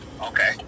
Okay